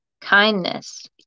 kindness